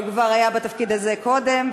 הוא כבר היה בתפקיד הזה קודם,